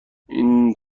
این